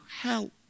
help